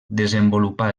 desenvolupà